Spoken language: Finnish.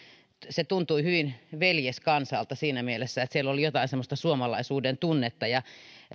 se tuntui hyvin veljeskansalta siinä mielessä että siellä oli jotain semmoista suomalaisuuden tunnetta